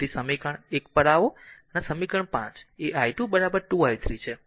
તેથી સમીકરણ એક પર આવો આ સમીકરણ 5 એi2 2 i 3 છે